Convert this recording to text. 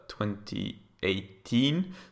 2018